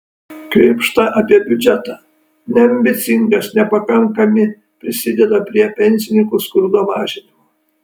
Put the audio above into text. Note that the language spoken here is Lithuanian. krėpšta apie biudžetą neambicingas nepakankami prisideda prie pensininkų skurdo mažinimo